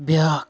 بیٛاکھ